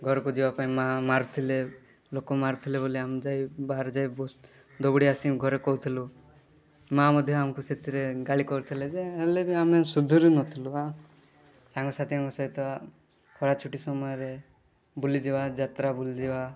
ଘରକୁ ଯିବାପାଇଁ ମାଆ ମାରୁଥିଲେ ଲୋକ ମାରୁଥିଲେ ବୋଲି ଆମେ ଯାଇ ବାହାରେ ଯାଇ ଦଉଡ଼ି ଆସିକି ଘରେ କହୁଥିଲୁ ମାଆ ମଧ୍ୟ ଆମକୁ ସେଥିରେ ଗାଳି କରୁଥିଲେ ଯେ ହେଲେ ବି ଆମେ ସୁଧୁରୁନଥିଲୁ ଆଁ ସାଙ୍ଗସାଥୀଙ୍କ ସହିତ ଖରାଛୁଟି ସମୟରେ ବୁଲିଯିବା ଯାତ୍ରା ବୁଲିଯିବା